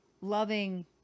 loving